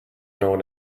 known